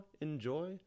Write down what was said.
enjoy